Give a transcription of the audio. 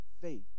faith